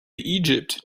egypt